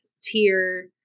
tier